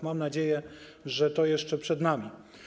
Mam nadzieję, że to jeszcze przed nami.